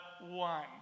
one